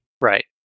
Right